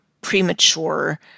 premature